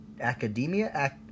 Academia